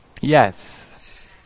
Yes